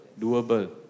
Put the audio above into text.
doable